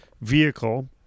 vehicle